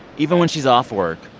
even when she's off work,